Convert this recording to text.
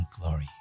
glory